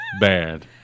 Bad